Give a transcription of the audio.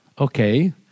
Okay